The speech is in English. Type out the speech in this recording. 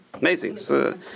amazing